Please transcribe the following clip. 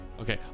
Okay